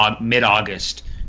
mid-August